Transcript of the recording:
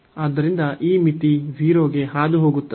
ಆದ್ದರಿಂದ ಈ ಮಿತಿ 0 ಗೆ ಹಾದುಹೋಗುತ್ತದೆ